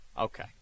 Okay